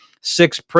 six